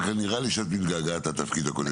אבל נראה לי שאת מתגעגעת לתפקיד שלך.